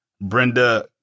Brenda